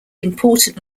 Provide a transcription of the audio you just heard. important